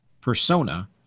persona